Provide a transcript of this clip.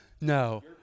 No